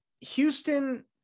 Houston